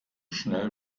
schnell